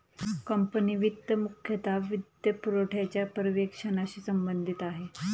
company वित्त मुख्यतः वित्तपुरवठ्याच्या पर्यवेक्षणाशी संबंधित आहे